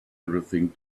everything